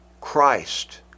Christ